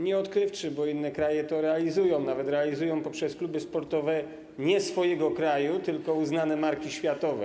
Nieodkrywczy, bo inne kraje to realizują, nawet realizują poprzez kluby sportowe nie swojego kraju, tylko uznane marki światowe.